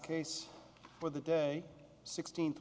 case for the day sixteen th